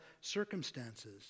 circumstances